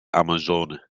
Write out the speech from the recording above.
amazone